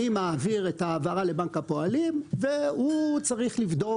הוא מעביר את ההעברה לבנק הפועלים והוא צריך לבדוק